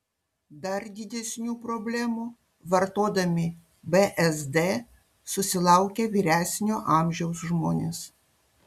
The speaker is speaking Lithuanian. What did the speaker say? dar didesnių problemų vartodami bzd susilaukia vyresnio amžiaus žmonės